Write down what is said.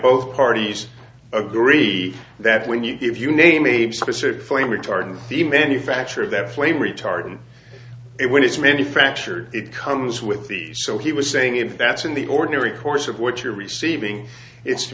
both parties agree that when you if you name a specific flame retardant the manufacture of that flame retardant it when it's manufactured it comes with the so he was saying if that's in the ordinary course of what you're receiving it's to